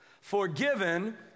forgiven